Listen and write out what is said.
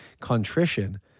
contrition